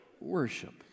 worship